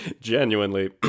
genuinely